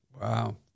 Wow